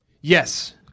Yes